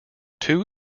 two